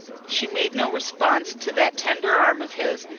she made no response to that tender arm of his,